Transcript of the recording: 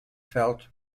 felt